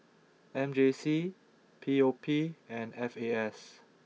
M J C P O P and F A S